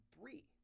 three